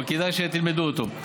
אבל כדאי שתלמדו אותו.